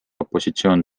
opositsioon